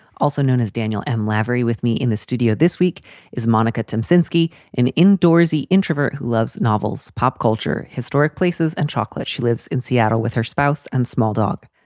also known as daniel m. lavery. with me in the studio this week is monica some senaki in endorsee introvert who loves novels, pop culture, historic places and chocolate. she lives in seattle with her spouse and small dog.